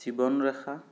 জীৱন ৰেখা